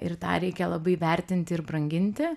ir tą reikia labai vertinti ir branginti